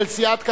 של סיעת קדימה,